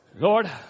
Lord